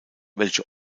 welche